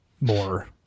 more